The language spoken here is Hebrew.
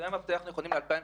שנכונים ל-2016,